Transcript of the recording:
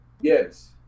Yes